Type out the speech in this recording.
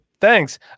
Thanks